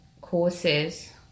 courses